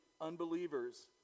unbelievers